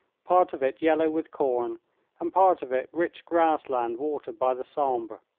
part of it yellow with corn and part of it rich grass land watered by the sambre.